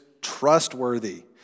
trustworthy